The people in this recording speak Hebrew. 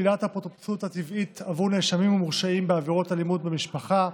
(שלילת אפוטרופסות הטבעית עבור נאשמים המורשעים בעבירות אלימות במשפחה),